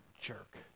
jerk